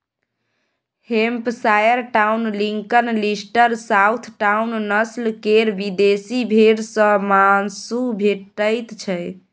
Hampshire Down, Lincoln, Leicester, Southdown, नस्ल केर विदेशी भेंड़ सँ माँसु भेटैत छै